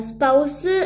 Spouse